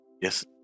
Yes